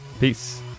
Peace